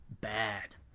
bad